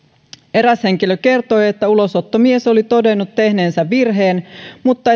eräs henkilö kertoi että ulosottomies oli todennut tehneensä virheen mutta